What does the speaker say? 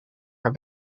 haar